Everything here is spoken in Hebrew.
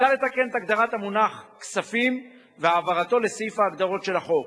מוצע לתקן את הגדרת המונח "כספים" ולהעבירו לסעיף ההגדרות של החוק.